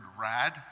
rad